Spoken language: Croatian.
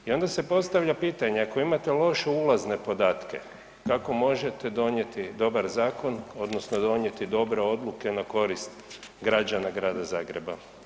I onda se postavlja pitanje ako imate loše ulazne podatke, kako možete donijeti dobar zakon odnosno donijeti dobre odluke na korist građana Grada Zagreba?